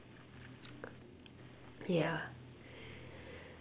yeah